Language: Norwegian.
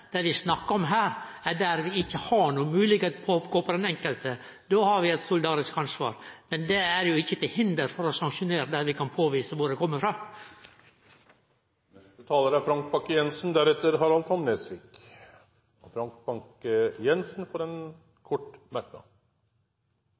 Det vi snakkar om her, er der vi ikkje har noka moglegheit for å gå på den enkelte. Då har vi eit solidarisk ansvar. Men det er jo ikkje til hinder for å sanksjonere der vi kan påvise kvar laksen kjem frå. Frank Bakke-Jensen har hatt ordet to gonger og får ordet til ein kort merknad, avgrensa til 1 minutt. Når det